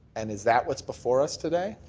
and is that what's before us today?